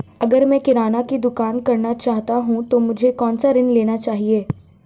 अगर मैं किराना की दुकान करना चाहता हूं तो मुझे कौनसा ऋण लेना चाहिए?